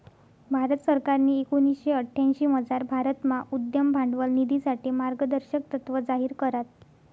भारत सरकारनी एकोणीशे अठ्यांशीमझार भारतमा उद्यम भांडवल निधीसाठे मार्गदर्शक तत्त्व जाहीर करात